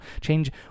Change